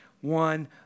one